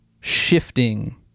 shifting